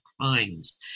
crimes